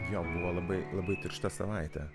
jo buvo labai labai tiršta savaitė